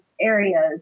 areas